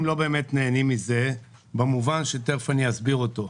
לא באמת נהנים מזה במובן שתיכף אני אסביר אותו.